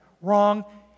Wrong